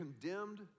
condemned